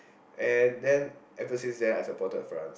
and then ever since then I supported France